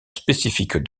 spécifique